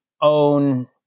own